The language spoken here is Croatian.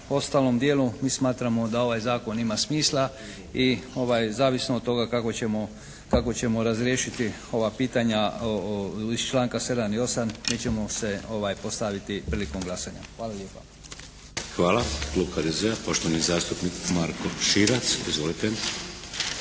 ostalom dijelu mi smatramo da ovaj zakon ima smisla i ovaj zavisno od toga kako ćemo razriješiti ova pitanja iz članka 7. i 8., mi ćemo se postaviti prilikom glasanja. Hvala lijepa. **Šeks, Vladimir (HDZ)** Hvala. Klub HDZ-a, poštovani zastupnik Marko Širac. Izvolite!